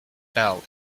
bell